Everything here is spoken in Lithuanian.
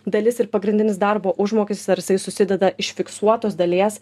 dalis ir pagrindinis darbo užmokestis ar jisai susideda iš fiksuotos dalies